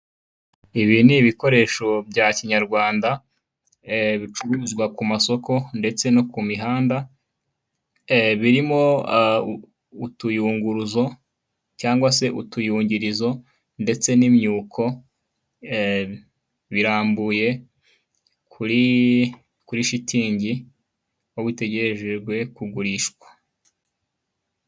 Ibi ni ibikoresho bya kinyarwanda bicuruzwa ku masoko ndetse no ku mihanda, birimo utuyunguruzo cyangwa se utuyungirizo ndetse n'imyuko, birambuye kuri shitingi aho bitegerejejwe kugurishwa.